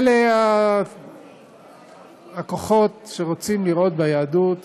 אלה הכוחות שרוצים לראות ביהדות